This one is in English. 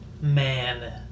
man